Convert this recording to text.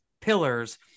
pillars